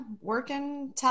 Working